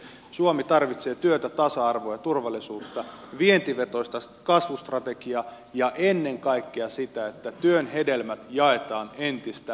suomi tarvitsee työtä tasa arvoa ja turvallisuutta vientivetoista kasvustrategiaa ja ennen kaikkea sitä että työn hedelmät jaetaan entistä oikeudenmukaisemmin